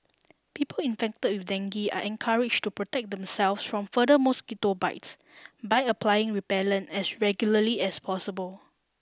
people infected with dengue are encouraged to protect themselves from further mosquito bites by applying repellent as regularly as possible